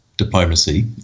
Diplomacy